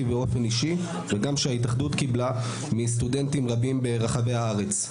באופן אישי וגם שההתאחדות קיבלה מסטודנטים רבים ברחבי הארץ.